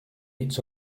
its